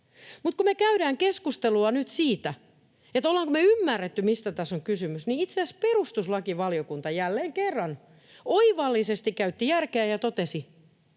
mutta kun me käydään keskustelua nyt siitä, ollaanko me ymmärretty, mistä tässä on kysymys, niin itse asiassa perustuslakivaliokunta jälleen kerran oivallisesti käytti järkeä ja totesi,